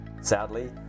Sadly